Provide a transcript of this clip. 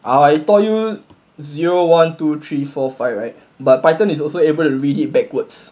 I taught you zero one two three four five right but python is also able to read it backwards